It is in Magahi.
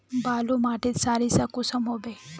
बालू माटित सारीसा कुंसम होबे?